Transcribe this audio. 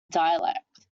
dialect